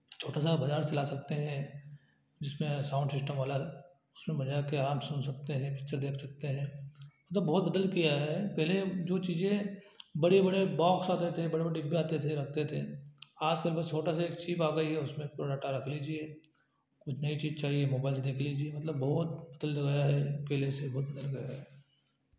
छोटा सा बाजार से ला सकते हैं जिसमें साउन्ड सिस्टम अलग उसमें बजा के आराम से सुन सकते हें पिक्चर देख सकते हैं मतलब बहुत बदल गया है पहले जो चीजें बड़े बड़े बॉक्स आते थे बड़े बड़े डिब्बे आते थे रखते थे आजकल बस छोटा सा एक चिप आ गई है उसमें पूरा डाटा रख लीजिए जितनी चीज चाहिए मोबाइल से देख लीजिए मतलब बहुत पहले से बहुत बदल गया है